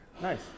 Nice